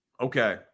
Okay